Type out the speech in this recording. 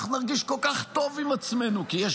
אנחנו נרגיש כל כך טוב עם עצמנו כי יש